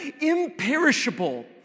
imperishable